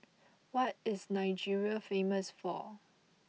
what is Nigeria famous for